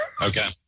Okay